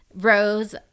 Rose